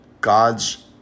God's